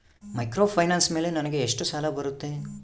Microfinance ಮೇಲೆ ನನಗೆ ಎಷ್ಟು ಸಾಲ ಬರುತ್ತೆ?